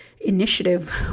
initiative